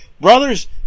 Brothers